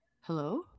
Hello